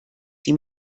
sie